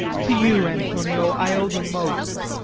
to you, antonio, i owe the most,